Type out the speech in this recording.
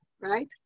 right